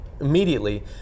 immediately